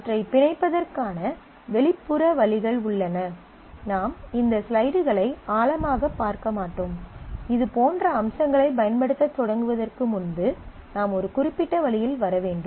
அவற்றைப் பிணைப்பதற்கான வெளிப்புற வழிகள் உள்ளன நாம் இந்த ஸ்லைடுகளை ஆழமாகப் பார்க்க மாட்டோம் இதுபோன்ற அம்சங்களைப் பயன்படுத்தத் தொடங்குவதற்கு முன்பு நாம் ஒரு குறிப்பிட்ட வழியில் வர வேண்டும்